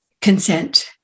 consent